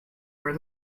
where